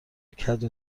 کدو